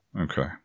Okay